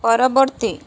ପରବର୍ତ୍ତୀ